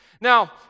Now